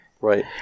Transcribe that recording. Right